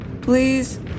Please